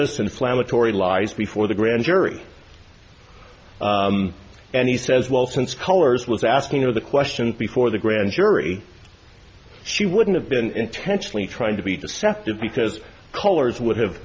us inflammatory lies before the grand jury and he says well since colors was asking the questions before the grand jury she wouldn't have been intentionally trying to be deceptive because colors would have